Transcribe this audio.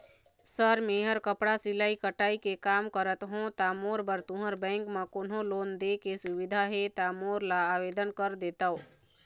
Sir मेहर कपड़ा सिलाई कटाई के कमा करत हों ता मोर बर तुंहर बैंक म कोन्हों लोन दे के सुविधा हे ता मोर ला आवेदन कर देतव?